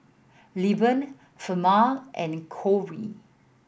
Lilburn Ferman and Cory